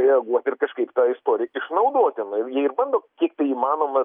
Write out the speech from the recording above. reaguoti ir kažkaip jas turi išnaudoti na jie ir bando kiek tai įmanoma